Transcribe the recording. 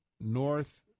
north